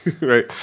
right